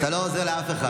אתה לא עוזר לאף אחד.